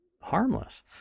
harmless